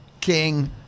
King